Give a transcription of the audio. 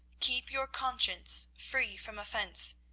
keep your conscience free from offence,